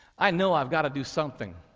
i know i've got to do something,